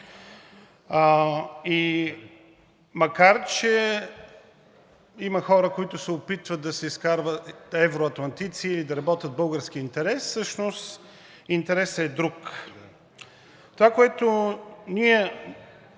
И макар че има хора, които се опитват да се изкарват евроатлантици или да работят за българския интерес, всъщност интересът е друг. Това, което ние